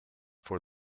for